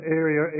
area